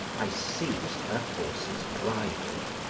i seized her horse's bridle.